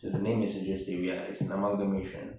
the name is suggesting ya it's an amalgamation